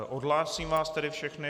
Odhlásím vás tedy všechny.